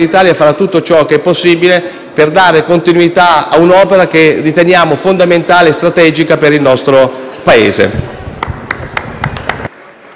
d'Italia farà tutto ciò che è possibile per dare continuità a un'opera che riteniamo fondamentale e strategica per il nostro Paese.